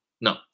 No